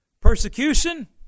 Persecution